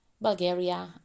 Bulgaria